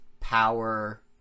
power